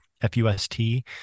F-U-S-T